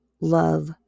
love